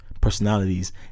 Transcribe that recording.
personalities